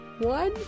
one